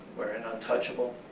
where an untouchable,